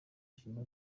shima